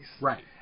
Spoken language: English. Right